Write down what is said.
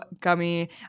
gummy